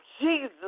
Jesus